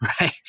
Right